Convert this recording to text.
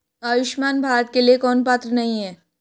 आयुष्मान भारत के लिए कौन पात्र नहीं है?